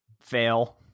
Fail